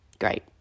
great